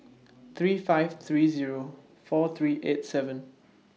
three five three Zero four three eight seven